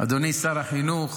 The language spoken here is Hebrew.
אדוני שר החינוך,